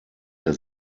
der